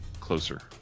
closer